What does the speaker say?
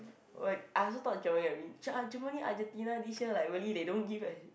I also thought Germany will win Ger~ uh Germany Argentina this year like really they don't give a